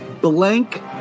blank